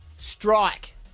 strike